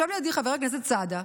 ישב לידי חבר הכנסת סעדה,